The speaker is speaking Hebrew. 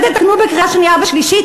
את זה תתקנו בקריאה שנייה ושלישית?